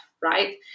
right